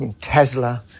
Tesla